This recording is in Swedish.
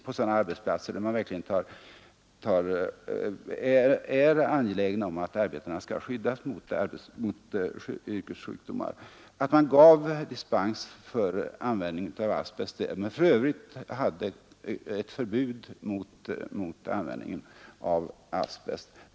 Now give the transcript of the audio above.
På sådana arbetsplatser, där man verkligen är angelägen om att skydda arbetarna mot yrkessjukdomar genom dammskyddsanordningar, kunde det ges dispens för användning av asbest, men för övrigt skulle det vara förbud mot detta.